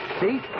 See